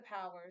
powers